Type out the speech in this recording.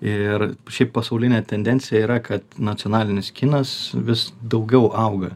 ir šiaip pasaulinė tendencija yra kad nacionalinis kinas vis daugiau auga